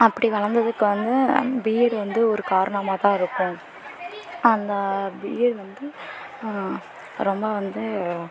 அப்படி வளர்ந்ததுக்கு வந்து பிஎட் வந்து ஒரு காரணமாக தான் இருக்கும் அந்த பிஎட் வந்து ரொம்ப வந்து